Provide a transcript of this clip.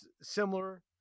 similar